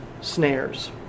snares